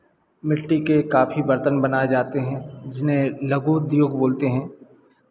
मिट्टी के काफी बर्तन बनाए जाते हैं जिन्हें लघु उद्योग बोलते हैं